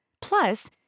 Plus